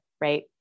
right